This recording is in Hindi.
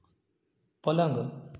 पलंग